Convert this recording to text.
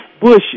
Bush